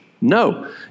No